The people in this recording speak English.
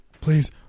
Please